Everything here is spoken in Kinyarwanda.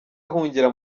ahungira